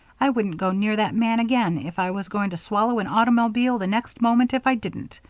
i wouldn't go near that man again if i was going to swallow an automobile the next moment if i didn't.